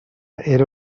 era